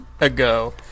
ago